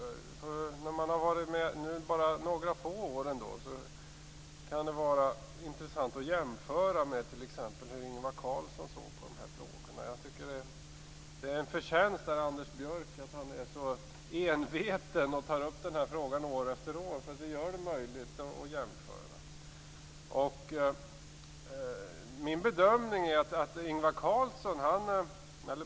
Även om jag bara har varit med några få år kan det vara intressant att jämföra med hur Ingvar Carlsson såg på frågorna. Det är en förtjänst av Anders Björck att han är så enveten och tar upp denna fråga år efter år. Det gör det möjligt att jämföra.